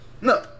No